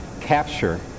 capture